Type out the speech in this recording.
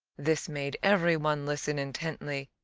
this made every one listen intently.